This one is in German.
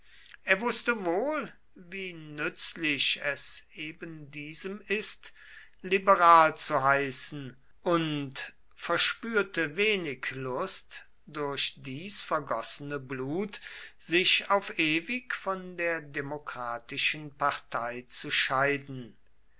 er wußte wohl wie nützlich es ebendiesem ist liberal zu heißen und verspürte wenig lust durch dies vergossene blut sich auf ewig von der demokratischen partei zu scheiden